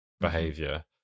behavior